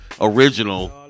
original